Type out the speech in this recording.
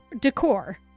decor